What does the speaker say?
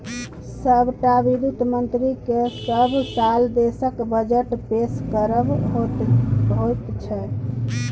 सभटा वित्त मन्त्रीकेँ सभ साल देशक बजट पेश करब होइत छै